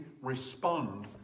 respond